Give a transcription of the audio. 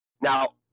now